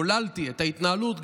גוללתי את התנהלות,